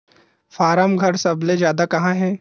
form घर सबले जादा कहां हे